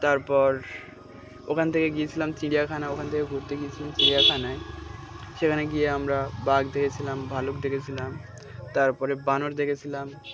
তারপর ওখান থেকে গিয়েছিলাম চিড়িয়াখানা ওখান থেকে ঘুরতে গিয়েছিলাম চিড়িয়াখানায় সেখানে গিয়ে আমরা বাঘ দেখেছিলাম ভালুক দেখেছিলাম তারপরে বানর দেখেছিলাম